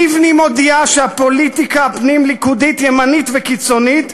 לבני מודיעה שהפוליטיקה הפנים-ליכודית ימנית וקיצונית,